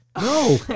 No